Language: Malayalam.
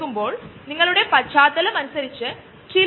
അതിനാൽ നമ്മൾ മൈക്രോആൽഗെ ഉപയോഗിക്കുന്നു